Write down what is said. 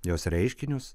jos reiškinius